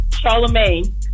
Charlemagne